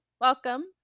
Welcome